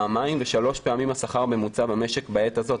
פעמיים ושלוש פעמים השכר הממוצע במשק בעת הזאת.